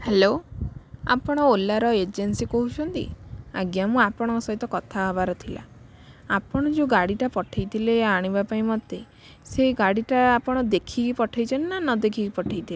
hello ଆପଣ ଓଲାର agency କହୁଛନ୍ତି ଆଜ୍ଞା ମୁଁ ଆପଣଙ୍କ ସହିତ କଥା ହେବାର ଥିଲା ଆପଣ ଯେଉଁ ଗାଡ଼ିଟା ପଠାଇଥିଲେ ଆଣିବା ପାଇଁ ମୋତେ ସେ ଗାଡ଼ିଟା ଆପଣ ଦେଖିକି ପଠାଇଛନ୍ତି ନା ନ ଦେଖିକି ପଠାଇଥିଲେ